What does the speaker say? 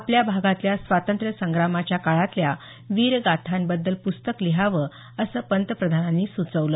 आपल्या भागातल्या स्वातंत्र्य संग्रामाच्या काळातल्या वीरगाथांबद्दल प्रस्तक लिहावं असं पंतप्रधानांनी सुचवलं